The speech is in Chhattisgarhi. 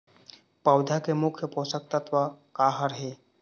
पौधा के मुख्य पोषकतत्व का हर हे?